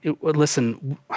listen